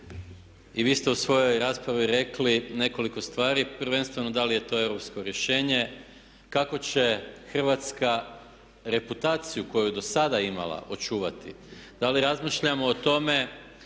Vi ste u svojoj raspravi rekli nekoliko stvari, prvenstveno da li je to europsko rješenje. Kako će Hrvatska reputaciju koju je do sada imala očuvati? Da li razmišljamo o tome